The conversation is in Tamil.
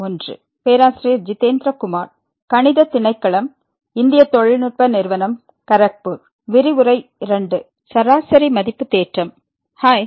ஹாய்